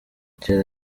kera